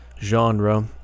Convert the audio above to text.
genre